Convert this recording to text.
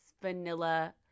vanilla